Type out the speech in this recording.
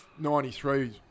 93